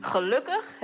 Gelukkig